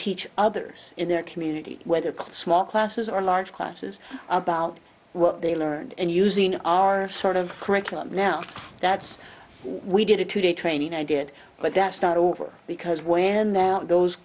teach others in their community whether close small classes or large classes about what they learned in using our sort of curriculum now that's we did a two day training i did but that's not over because where now those